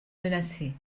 menacé